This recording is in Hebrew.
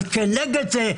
אבל כנגד זה,